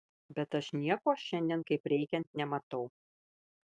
bet aš nieko šiandien kaip reikiant nematau